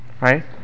Right